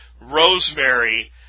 rosemary